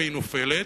והיא נופלת,